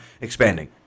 expanding